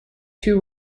two